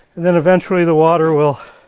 and then eventually the water will